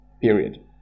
period